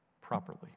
properly